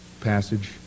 passage